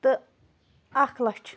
تہٕ اَکھ لَچھ